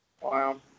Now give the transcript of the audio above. Wow